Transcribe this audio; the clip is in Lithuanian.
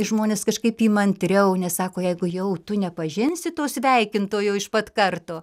žmonės kažkaip įmantriau nes sako jeigu jau tu nepažinsi to sveikintojo iš pat karto